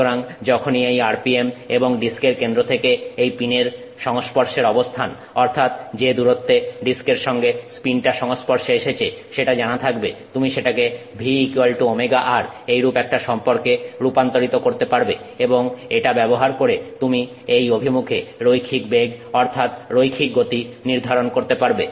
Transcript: সুতরাং যখনই এই RPM এবং ডিস্কের কেন্দ্র থেকে এই পিনের সংস্পর্শের অবস্থান অর্থাৎ যে দূরত্বে ডিস্কের সঙ্গে পিনটা সংস্পর্শে এসেছে সেটা জানা থাকবে তুমি সেটাকে v Ωr এইরূপ একটা সম্পর্কে রূপান্তরিত করতে পারবে এবং এটা ব্যবহার করে তুমি এই অভিমুখে রৈখিক বেগ অর্থাৎ রৈখিক গতি নির্ধারণ করতে পারবে